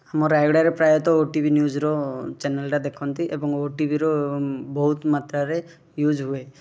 ଆମ ରାୟଗଡ଼ାରେ ପ୍ରାୟତଃ ଓଟିଭି ନ୍ୟୁଜ୍ର ଚ୍ୟାନେଲ୍ଟା ଦେଖନ୍ତି ଏବଂ ଓଟିଭିର ବହୁତ ମାତ୍ରାରେ ୟ୍ୟୁଜ୍ ହୁଏ